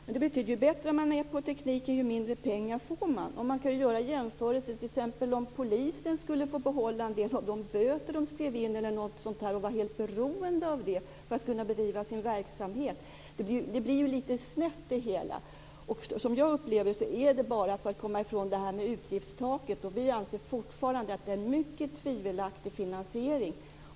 Det betyder att ju bättre man är på teknik, desto mindre pengar får man. Jag kan göra en jämförelse med polismyndigheten. Skulle polisen få behålla en del av de böter som man skriver ut och vara helt beroende av det för att bedriva sin verksamhet blir det lite snett. Som jag upplevt det är detta bara för att komma ifrån utgiftstaket. Vi anser fortfarande att det är en mycket tvivelaktig finansiering.